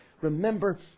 Remember